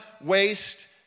waste